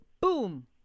Boom